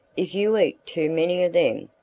if you eat too many of them,